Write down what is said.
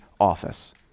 office